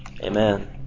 amen